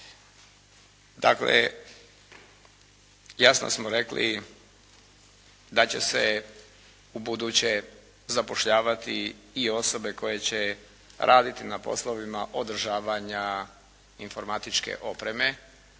Dakle, jasno smo rekli da će se ubuduće zapošljavati osobe koje će raditi na poslovima održavanja informatičke opreme.